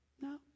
No